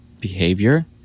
behavior